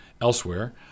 elsewhere